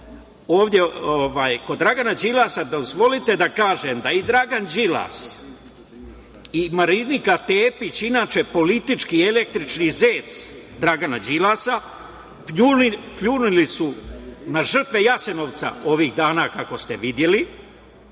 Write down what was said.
već kod Dragana Đilasa, dozvolite da kažem da su i Dragan Đilas i Marinika Tepić, inače politički i električni zec Dragana Đilasa, pljunuli na žrtve Jasenovca ovih dana, kako ste videli.